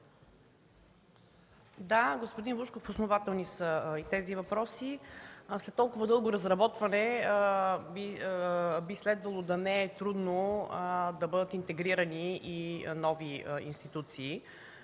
Да, господин Вучков, основателни са и тези въпроси. След толкова дълго разработване би следвало да не е трудно да бъдат интегрирани и нови институции,